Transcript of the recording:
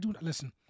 listen